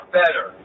better